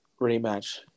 rematch